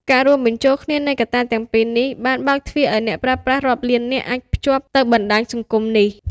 ការរួមបញ្ចូលគ្នានៃកត្តាទាំងពីរនេះ បាន បើកទ្វារឲ្យអ្នកប្រើប្រាស់រាប់លាននាក់អាចភ្ជាប់ទៅបណ្តាញសង្គមនេះ។